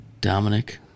Dominic